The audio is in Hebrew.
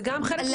זה חלק מהייצוא.